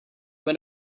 went